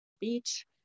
beach